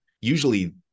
Usually